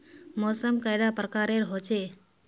मौसम कैडा प्रकारेर होचे?